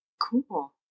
cool